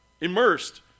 immersed